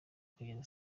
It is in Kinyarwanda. kugeza